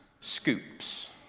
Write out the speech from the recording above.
Scoops